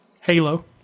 Halo